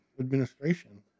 administration